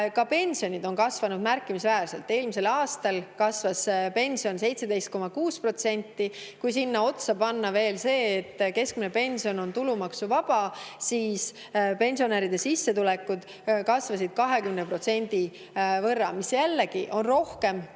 Ka pensionid on märkimisväärselt kasvanud. Eelmisel aastal kasvas pension 17,6%. Kui sinna otsa panna veel see, et keskmine pension on tulumaksuvaba, siis [näeme, et] pensionäride sissetulekud kasvasid 20% võrra, mida on jällegi rohkem,